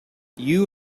you